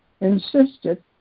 insisted